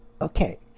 okay